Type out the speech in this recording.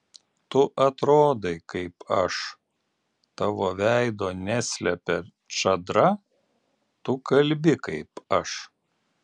tu atrodai kaip aš tavo veido neslepia čadra tu kalbi kaip aš